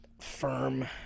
firm